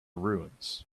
ruins